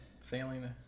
sailing